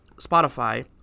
Spotify